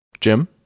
Jim